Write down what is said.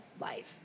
life